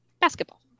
basketball